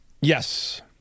Yes